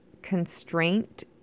constraint